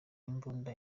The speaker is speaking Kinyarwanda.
imbunda